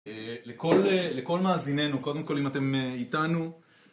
לכל מאזיננו, קודם כל אם אתם איתנו